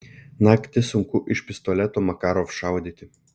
naktį sunku iš pistoleto makarov šaudyti